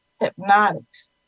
hypnotics